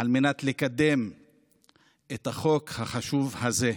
לקדם את החוק החשוב הזה.